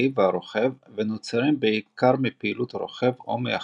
והרוכב ונוצרים בעיקר מפעילות הרוכב או מחיכוך.